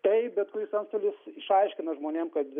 tai bet kuris antstolis išaiškina žmonėm kad